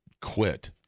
quit